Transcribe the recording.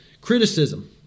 criticism